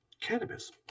cannabis